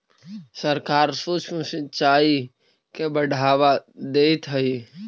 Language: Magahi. सरकार सूक्ष्म सिंचाई के बढ़ावा देइत हइ